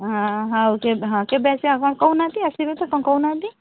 ହଁ ହଉ କେବେ ହଁ କେବେ ଆସିବେ ଆପଣ କହୁନାହାନ୍ତି ଆସିବେ ତ କ'ଣ କହୁନାହାନ୍ତି